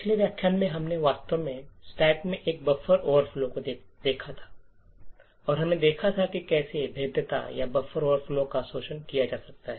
पिछले व्याख्यान में हम वास्तव में स्टैक में एक बफर ओवरफ्लो को देखा था और हमने देखा था कि कैसे भेद्यता या बफर ओवरफ्लो का शोषण किया जा सकता है